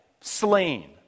slain